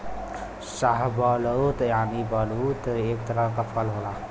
शाहबलूत यानि बलूत एक तरह क फल होला